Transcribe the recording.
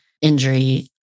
injury